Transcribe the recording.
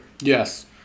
Yes